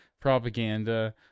propaganda